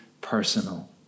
personal